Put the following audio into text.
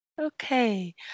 Okay